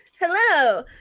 Hello